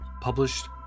published